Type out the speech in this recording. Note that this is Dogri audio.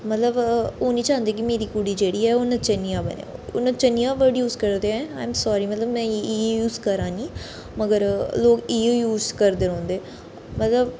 मतलब ओह् नेईं चांह्दे कि मेरी कुड़ी जेह्ड़ी ऐ नचनियां बने ओह् नचनियां बड़ा यूज करदे हे आई एम साॅरी में बी इ'यै वर्ड यूज करै नी मगर लोग इ'यै यूज करदे रौंह्दे मतलब